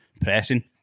pressing